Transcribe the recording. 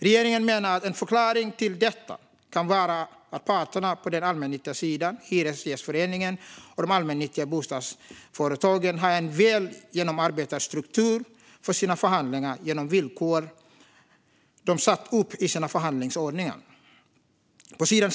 Regeringen menar att en förklaring till detta kan vara att parterna på den allmännyttiga sidan, Hyresgästföreningen och de allmännyttiga bostadsföretagen, har en väl genomarbetad struktur för sina förhandlingar genom villkor de satt upp i sina förhandlingsordningar.